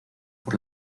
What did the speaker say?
por